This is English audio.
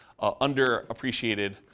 underappreciated